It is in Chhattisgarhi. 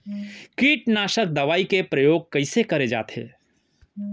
कीटनाशक दवई के प्रयोग कइसे करे जाथे?